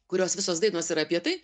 kurios visos dainos yra apie tai